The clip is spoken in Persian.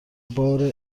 بار